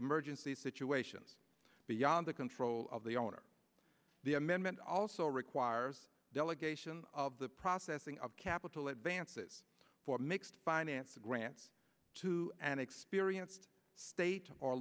emergency situations beyond the control of the owner the amendment also requires delegation of the processing of capital advances for mixed finances grants to an experienced state or